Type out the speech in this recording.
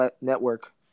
Network